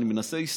אני מנסה להסתכל,